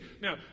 Now